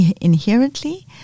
inherently